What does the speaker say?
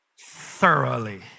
thoroughly